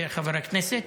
חבר הכנסת: